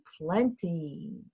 plenty